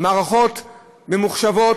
מערכות ממוחשבות,